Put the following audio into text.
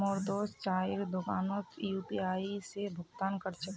मोर दोस्त चाइर दुकानोत यू.पी.आई स भुक्तान कर छेक